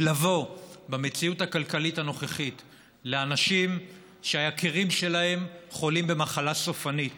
ולבוא במציאות הכלכלית הנוכחית לאנשים שהיקירים שלהם חולים במחלה סופנית